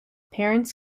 parents